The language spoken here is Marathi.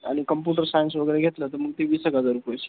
आणि कॉम्पुटर सायन्स वगैरे घेतलं तर मग फी वीस हजार जाईल पैसे